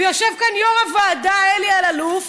ויושב כאן יו"ר הוועדה אלי אלאלוף,